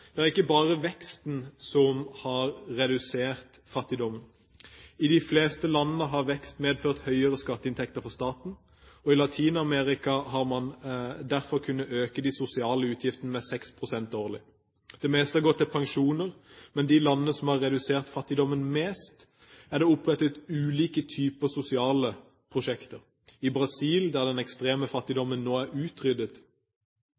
det er ikke bare veksten som har redusert fattigdom. I de fleste landene har vekst medført høyere skatteinntekter for staten, og i Latin-Amerika har man derfor kunnet øke de sosiale utgiftene med 6 pst. årlig. Det meste har gått til pensjoner, men i de landene som har redusert fattigdommen mest, er det opprettet ulike typer sosiale prosjekter. I Brasil, der den ekstreme